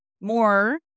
more